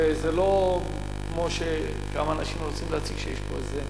ולא כמו שכמה אנשים רוצים להציג שיש פה איזה